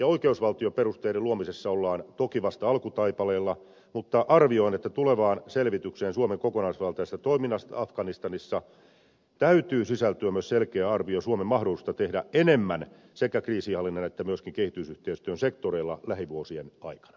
oikeusvaltion perusteiden luomisessa ollaan toki vasta alkutaipaleella mutta arvioin että tulevaan selvitykseen suomen kokonaisvaltaisesta toiminnasta afganistanissa täytyy sisältyä myös selkeä arvio suomen mahdollisuudesta tehdä enemmän sekä kriisinhallinnan että myöskin kehitysyhteistyön sektoreilla lähivuosien aikana